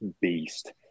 beast